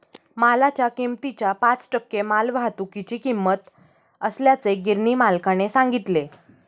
मालाच्या किमतीच्या पाच टक्के मालवाहतुकीची किंमत असल्याचे गिरणी मालकाने सांगितले